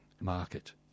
market